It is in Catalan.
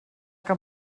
que